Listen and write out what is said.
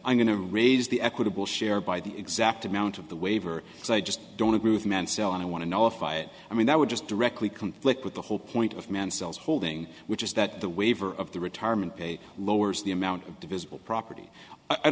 i'm going to raise the equitable share by the exact amount of the waiver as i just don't agree with man selling i want to nullify it i mean that would just directly conflict with the whole point of mansell's holding which is that the waiver of the retirement pay lowers the amount of visible property and